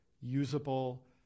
usable